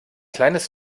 kleines